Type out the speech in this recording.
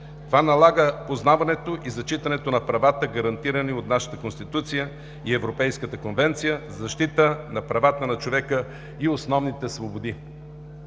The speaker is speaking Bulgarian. Това налага познаването и зачитането на правата, гарантирани от нашата Конституция и Европейската конвенция за защита на правата на човека и основните свободи.